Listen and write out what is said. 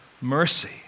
mercy